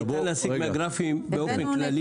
ניתן להסיק מהגרפים באופן כללי.